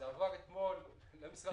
זה לא ועדת חריגים.